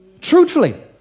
Truthfully